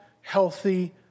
healthy